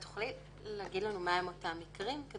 את תוכלי להגיד לנו מה הם אותם מקרים?